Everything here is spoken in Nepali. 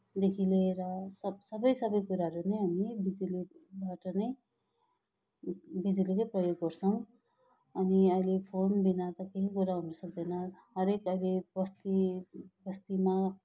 देखि लिएर सब सबै सबै कुराहरू नै हामीले बिजुलीबाट नै बिजुलीकै प्रयोग गर्छौँ अनि अहिले फोनबिना त केही कुरा हुन सक्दैन हरेक अहिले बस्ती बस्तीमा